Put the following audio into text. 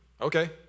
Okay